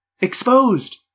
Exposed